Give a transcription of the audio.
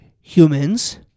humans